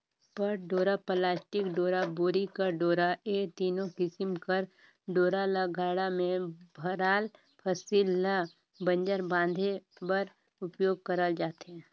पट डोरा, पलास्टिक डोरा, बोरी कर डोरा ए तीनो किसिम कर डोरा ल गाड़ा मे भराल फसिल ल बंजर बांधे बर उपियोग करल जाथे